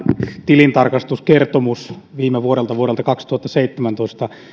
tilintarkastuskertomus viime vuodelta vuodelta kaksituhattaseitsemäntoista